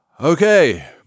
Okay